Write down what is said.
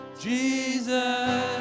jesus